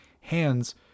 hands